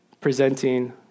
presenting